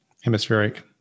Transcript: hemispheric